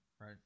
right